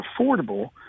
affordable